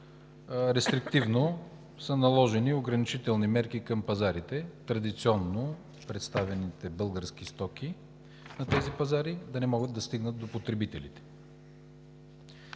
рестриктивно са наложени ограничителни мерки към пазарите – традиционно представените български стоки на тези пазари да не могат да стигнат до потребителите.